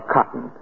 Cotton